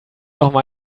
nochmal